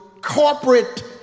corporate